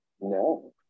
No